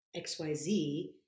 XYZ